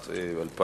"הארץ"